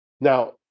Now